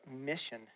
mission